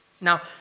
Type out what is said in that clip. Now